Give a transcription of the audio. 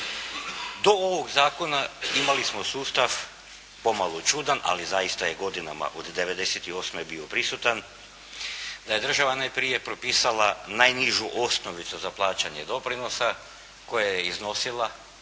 To ovog zakona imali smo sustav pomalo čudan, ali zaista je godinama, od '98. bio prisutan ,da je država najprije propisala najnižu osnovicu za plaćanje doprinosa koja je iznosila